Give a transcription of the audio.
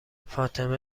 فاطمه